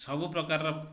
ସବୁ ପ୍ରକାରର